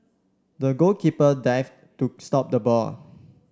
the goalkeeper dived to stop the ball